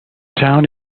town